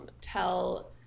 tell